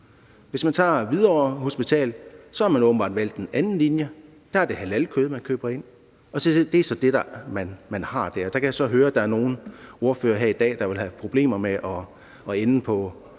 de kan vælge. På Hvidovre Hospital har man åbenbart valgt en anden linje, for der er det halalkød, man køber ind, og det er så det, man har der. Jeg kan så høre, at der er nogle ordførere her i dag, der vil have problemer med at komme på